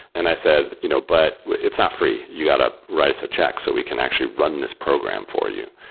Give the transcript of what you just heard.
and i said, you know but it's ah free. you got to write us a check so we can actually run this program for you.